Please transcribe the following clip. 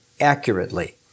accurately